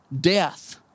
death